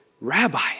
Rabbi